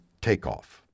Takeoff